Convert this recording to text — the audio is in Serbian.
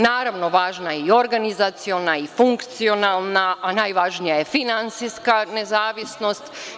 Naravno, važna je i organizaciona i funkcionalna, a najvažnija je finansijska nezavisnost.